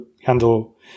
handle